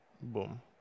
Boom